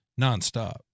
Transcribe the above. nonstop